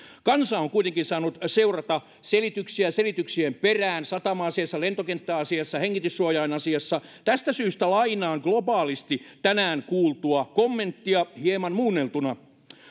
kansa on kuitenkin saanut seurata selityksiä selityksien perään satama asiassa lentokenttäasiassa hengityssuojainasiassa tästä syystä lainaan globaalisti tänään kuultua kommenttia hieman muunneltuna